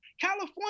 California